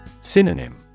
Synonym